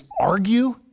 argue